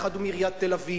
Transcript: אחד הוא מעיריית תל-אביב,